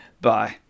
Bye